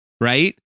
right